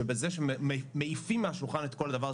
שבזה שמעיפים מהשולחן את כל הדבר הזה